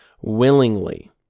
willingly